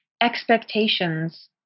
expectations